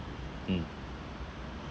mm